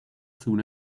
soon